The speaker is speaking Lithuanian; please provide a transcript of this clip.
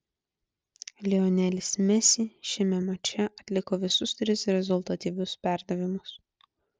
lionelis messi šiame mače atliko visus tris rezultatyvius perdavimus